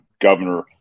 governor